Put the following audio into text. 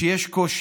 שיש קושי,